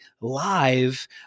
live